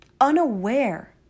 unaware